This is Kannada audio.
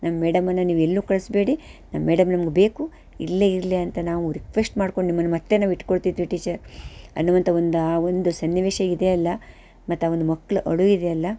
ನಮ್ಮ ಮೇಡಮನ್ನು ನೀವು ಎಲ್ಲೂ ಕಳಿಸ್ಬೇಡಿ ನಮ್ಮ ಮೇಡಂ ನಮ್ಗೆ ಬೇಕು ಇಲ್ಲೇ ಇರಲಿ ಅಂತ ನಾವು ರಿಕ್ವೆಸ್ಟ್ ಮಾಡ್ಕೊಂಡು ನಿಮ್ಮನ್ನು ನಾವು ಮತ್ತೆ ಇಟ್ಟುಕೊಳ್ತಿದ್ವಿ ಟೀಚರ್ ಅನ್ನುವಂಥ ಒಂದು ಆ ಒಂದು ಸನ್ನಿವೇಶ ಇದೆಯಲ್ಲ ಮತ್ತು ಆ ಒಂದು ಮಕ್ಳು ಅಳು ಇದೆಯಲ್ಲ